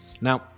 Now